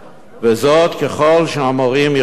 ככל שהמורים ירצו בכך.